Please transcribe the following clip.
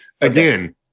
Again